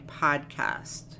podcast